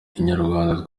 inyarwanda